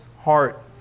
heart